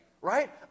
right